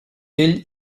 ell